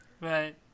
Right